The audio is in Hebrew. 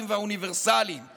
הדמוקרטיים והאוניברסליים שלנו.